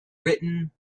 written